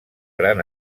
gran